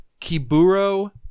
Kiburo